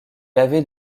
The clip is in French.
avait